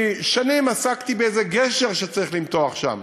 שנים עסקתי באיזה גשר שצריך למתוח שם,